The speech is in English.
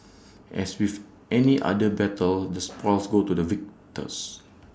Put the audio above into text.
as with any other battle the spoils go to the victors